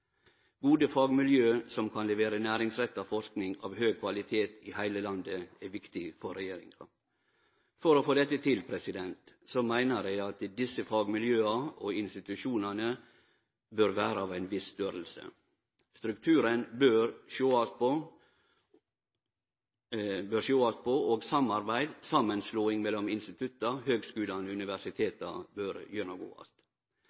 Gode fagmiljø som kan levere næringsretta forsking av høg kvalitet i heile landet, er viktige for regjeringa. For å få dette til meiner eg at desse fagmiljøa og institusjonane bør vere av ein viss størrelse. Strukturen bør sjåast på, og samarbeid, samanslåing mellom institutta, høgskulane